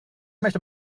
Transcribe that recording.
möchte